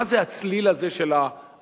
מה זה הצליל הזה של הריאל-פוליטיק,